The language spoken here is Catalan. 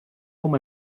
com